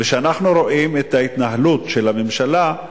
כשאנחנו רואים את ההתנהלות של הממשלה,